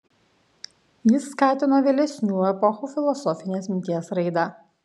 jis skatino vėlesnių epochų filosofinės minties raidą